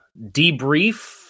debrief